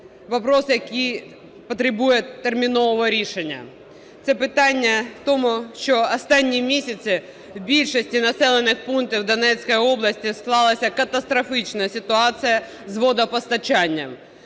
вопрос, який потребує термінового рішення. Це питання в тому, що останні місяці в більшості населених пунктів Донецької області склалася катастрофічна ситуація з водопостачанням